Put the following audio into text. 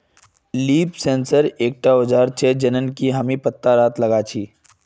leaf sensor एक औजार छेक जननकी हमरा पत्ततात लगा छी